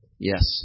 Yes